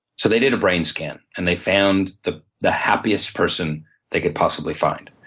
so they did a brain scan. and they found the the happiest person they could possibly find.